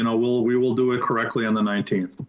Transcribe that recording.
ah we'll, we will do it correctly on the nineteenth.